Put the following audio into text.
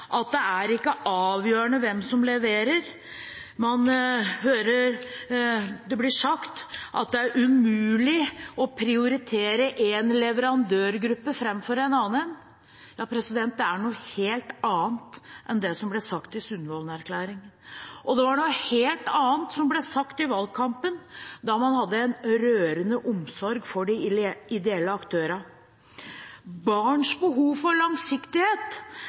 at det er ikke avgjørende hvem som leverer, det blir sagt at det er umulig å prioritere én leverandørgruppe foran en annen. Det er noe helt annet enn det som ble sagt i Sundvolden-erklæringen. Og det var noe helt annet som ble sagt i valgkampen, da man hadde en rørende omsorg for de ideelle aktørene. Barns behov for langsiktighet